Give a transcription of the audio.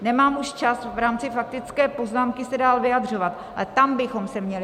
Nemám už čas v rámci faktické poznámky se dál vyjadřovat, ale tam bychom se měli